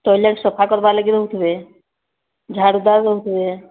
toilet ସଫା କରବାର ଲାଗି ରହୁଥିବେ ଝାଡ଼ୁଦାର ରହୁଥିବେ